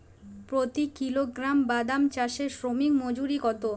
প্রতি কিলোগ্রাম বাদাম চাষে শ্রমিক মজুরি কত?